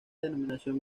denominación